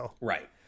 Right